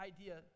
idea